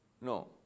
No